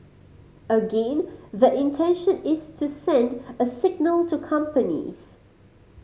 again the intention is to send a signal to companies